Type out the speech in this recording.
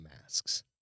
masks